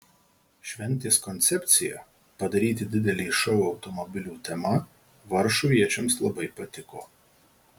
šventės koncepcija padaryti didelį šou automobilių tema varšuviečiams labai patiko